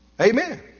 Amen